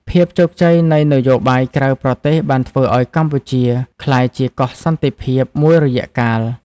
ភាពជោគជ័យនៃនយោបាយក្រៅប្រទេសបានធ្វើឱ្យកម្ពុជាក្លាយជា "កោះសន្តិភាព" មួយរយៈកាល។